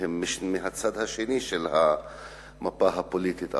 שהם מהצד השני של המפה הפוליטית,